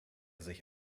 sich